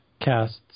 casts